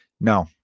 No